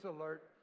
alert